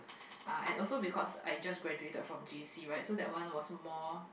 uh and also because I just graduated from J_C right so that one was more